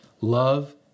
Love